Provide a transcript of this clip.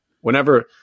Whenever